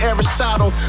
Aristotle